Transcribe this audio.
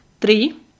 Three